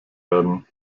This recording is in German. werden